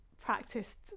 practiced